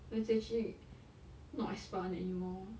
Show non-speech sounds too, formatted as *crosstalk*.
oh it's actually *breath* not as fun anymore